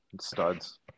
studs